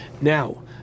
Now